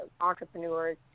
entrepreneurs